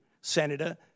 Senator